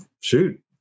shoot